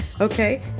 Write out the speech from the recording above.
Okay